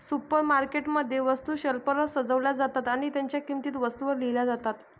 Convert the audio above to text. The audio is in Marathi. सुपरमार्केट मध्ये, वस्तू शेल्फवर सजवल्या जातात आणि त्यांच्या किंमती वस्तूंवर लिहिल्या जातात